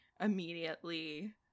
immediately